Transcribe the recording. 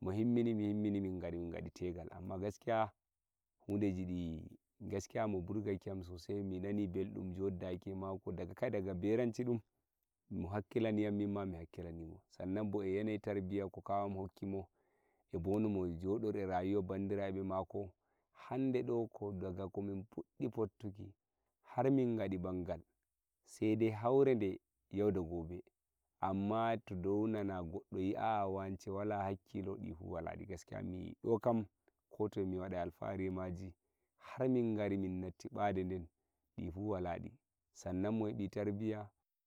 mo hirumuni mi himmini min godi tegal gaskiya hude jidi gaskiya mo burgakiyam sosai minani beldum joddaki eh mako daga baya berncido o hakkilaya mimma mihakkilanimo sannan bo eh yanayi tarbiya hande ko daga champi har mun gadi mangal amma to dow nane goddo giya wika wala gaskiya dokam alfaharimaje har min gari min nehi bededen fulawaji sannan bo yidi tarbiya.